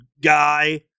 guy